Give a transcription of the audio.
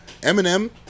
Eminem